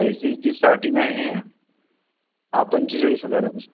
ए सीची स्टार्टिंग आहे पंचेचाळीस हजारापासून